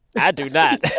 i do not